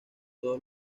todos